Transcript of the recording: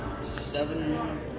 seven